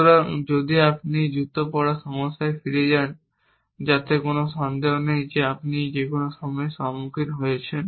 সুতরাং যদি আপনি এই জুতা পরা সমস্যায় ফিরে যান যা কোন সন্দেহ নেই যে আপনি কোন সময়ে সম্মুখীন হয়েছেন